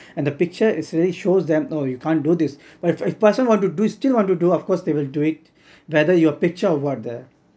and the picture is really shows them no you can't do this but if a person want to do still want to do of course they will do it whether your picture or what there